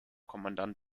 kommandant